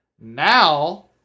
Now